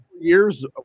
years